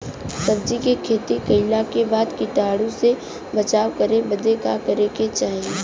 सब्जी के खेती कइला के बाद कीटाणु से बचाव करे बदे का करे के चाही?